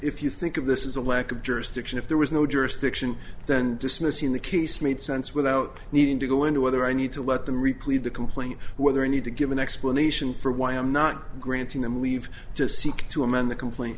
if you think of this is a lack of jurisdiction if there was no jurisdiction then dismissing the case made sense without needing to go into whether i need to what the replay the complaint whether i need to give an explanation for why i'm not granting them leave to seek to amend the complaint